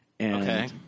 Okay